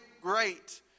great